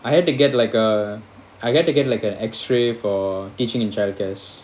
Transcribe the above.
I had to get like a I had to get like a X_ray for teaching in childcares